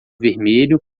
vermelho